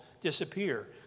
disappear